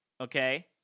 okay